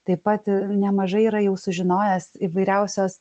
taip pat i nemažai yra jau sužinojęs įvairiausios